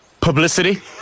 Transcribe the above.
Publicity